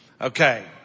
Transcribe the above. Okay